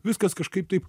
viskas kažkaip taip